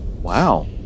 Wow